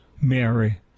Mary